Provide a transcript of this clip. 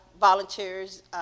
volunteers